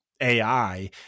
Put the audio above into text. AI